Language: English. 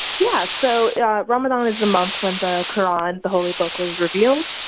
yeah. so yeah ramadan is the month when the quran, the holy book, was revealed.